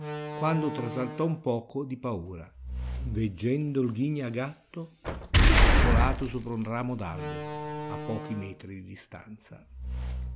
quando trasaltò un poco di paura veggendo il ghignagatto accoccolato sopra un ramo d'albero a pochi metri di distanza